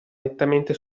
nettamente